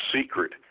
secret